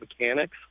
mechanics